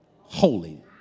holy